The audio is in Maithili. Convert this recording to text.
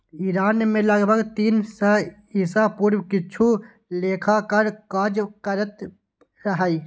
ईरान मे लगभग तीन सय ईसा पूर्व किछु लेखाकार काज करैत रहै